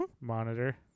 monitor